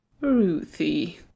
Ruthie